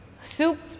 soup